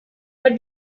but